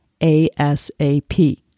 ASAP